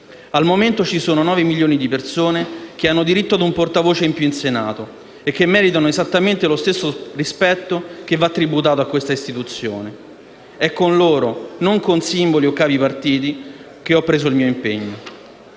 al momento ci sono 9 milioni di persone che hanno diritto ad un portavoce in più in Senato e che meritano esattamente lo stesso rispetto che va tributato a questa istituzione. È con loro, non con simboli o capi di partito, che ho preso il mio impegno.